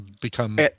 Become